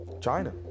China